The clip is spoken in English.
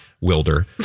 Wilder